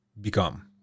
become